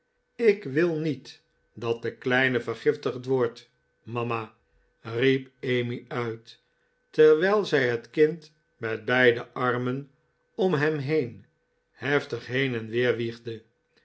ik wil niet dat de kleine vergiftigd wordt mama riep emmy uit terwijl zij het kind met beide armen om hem heen heftig heen en weer wiegde